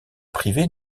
privée